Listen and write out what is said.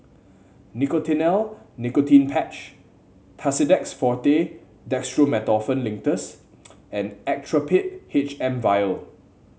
Nicotinell Nicotine Patch Tussidex Forte Dextromethorphan Linctus and Actrapid H M vial